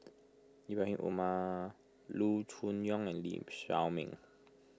Ibrahim Omar Loo Choon Yong and Lee Shao Meng